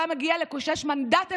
אם הוא היה מגיע לקושש מנדט אחד.